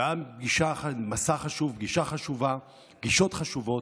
היה מסע חשוב, פגישה חשובה, פגישות חשובות.